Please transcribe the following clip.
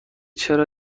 چرا